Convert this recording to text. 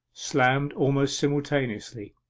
slammed almost simultaneously.